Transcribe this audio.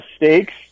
mistakes